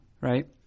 right